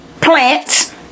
plants